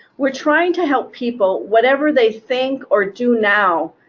we're trying to help people, whatever they think or do now,